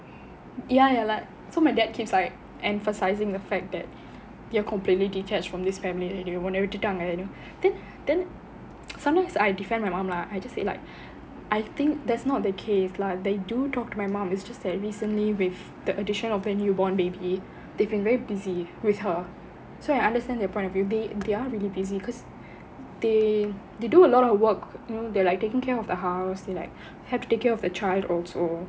ya ya like so my dad keeps like emphasising the fact that you are completely detached from this family already உன்ன விட்டுட்டாங்க:unna vittuttaanga then then sometimes I defend my mom lah I just say like I think that's not the case lah they do talk to my mom is just that recently with the addition of the newborn baby they have been very busy with her so I understand your point of view they they are really busy because they they do a lot of work you know they are like taking care of the house they like have to take care of the child also